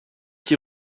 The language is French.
qui